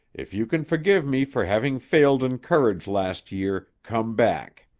if you can forgive me for having failed in courage last year, come back.